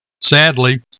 Sadly